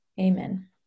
Amen